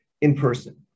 in-person